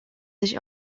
sich